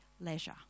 leisure